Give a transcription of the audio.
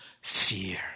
fear